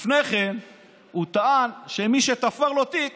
לפני כן הוא טען שמי שתפר לו תיק